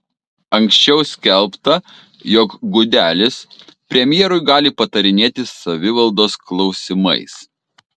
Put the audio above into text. anksčiau skelbta jog gudelis premjerui gali patarinėti savivaldos klausimais